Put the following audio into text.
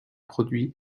produits